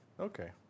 Okay